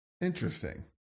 Interesting